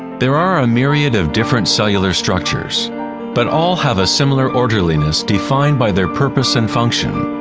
there are a myriad of different cellular structures but all have a similar orderliness defined by their purpose and function.